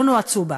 לא נועצו בה.